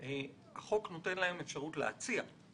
החוק נותן להם אפשרו להציע,